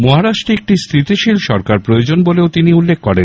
মহারাষ্ট্রে একটি স্থিতিশীল সরকার প্রয়োজন বলেও তিনি উল্লেখ করেন